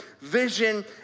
vision